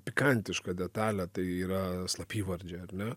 pikantišką detalę tai yra slapyvardžiai ar ne